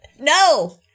No